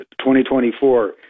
2024